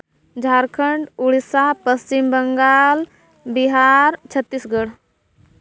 Jharkhand Odisha Paschim Bengal Bihar Chhattisgarh